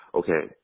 okay